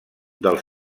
dels